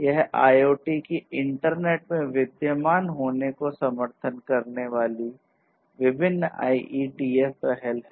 यह IoT की internet में विद्यमान होने का समर्थन करने वाली विभिन्न IETF पहल है